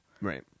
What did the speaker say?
Right